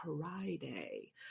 Friday